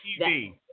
TV